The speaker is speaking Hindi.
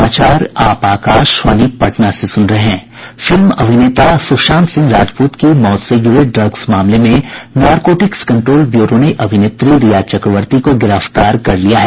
फिल्म अभिनेता सुशांत सिंह राजपूत की मौत से जुड़े ड्रग्स मामले में नारकोटिक्स कंट्रोल ब्यूरो ने अभिनेत्री रिया चक्रवर्ती को गिरफ्तार कर लिया है